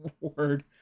word